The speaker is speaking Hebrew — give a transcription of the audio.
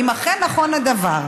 אם אכן נכון הדבר,